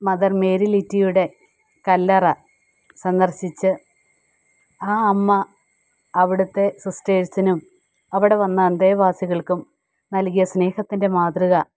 mother Mary ലിറ്റിയുടെ കല്ലറ സന്ദർശിച്ച് ആ അമ്മ അവിടത്തെ സിസ്റ്റേഴ്സിനും അവിടെ വന്ന അന്തേവാസികൾക്കും നൽകിയ സ്നേഹത്തിൻ്റെ മാതൃക